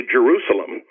Jerusalem